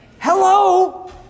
Hello